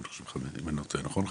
נכון?